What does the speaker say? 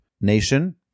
nation